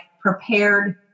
prepared